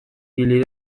kili